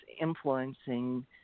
influencing